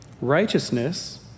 righteousness